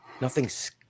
nothing's